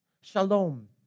Shalom